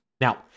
Now